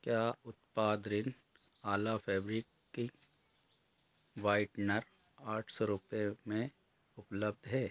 क्या उत्पाद Rin Ala fabric whitener आठ सौ रुपये में उपलब्ध है